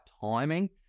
timing